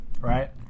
right